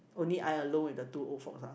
only I alone with the two old folks ah